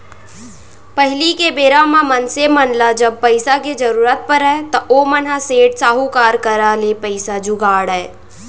पहिली के बेरा म मनसे मन ल जब पइसा के जरुरत परय त ओमन ह सेठ, साहूकार करा ले पइसा जुगाड़य